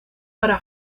para